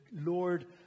Lord